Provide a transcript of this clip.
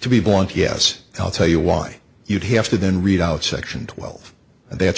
to be blunt yes i'll tell you why you'd have to then read out section twelve and that's